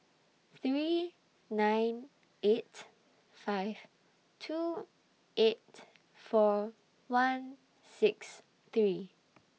three nine eight five two eight four one six three